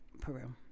Peru